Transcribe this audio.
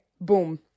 boom